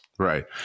Right